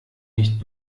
nicht